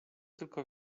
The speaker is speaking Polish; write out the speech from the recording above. tylko